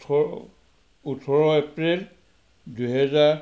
ওঠৰ ওঠৰ এপ্ৰিল দুহেজাৰ